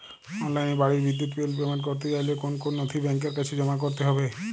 অনলাইনে বাড়ির বিদ্যুৎ বিল পেমেন্ট করতে চাইলে কোন কোন নথি ব্যাংকের কাছে জমা করতে হবে?